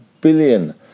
billion